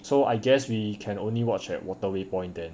so I guess we can only watch at waterway point then